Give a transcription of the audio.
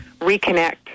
reconnect